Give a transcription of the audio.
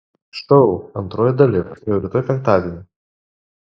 šou antroji dalis jau rytoj penktadienį